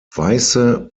weiße